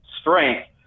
strength